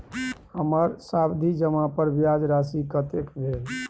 हमर सावधि जमा पर ब्याज राशि कतेक भेल?